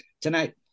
tonight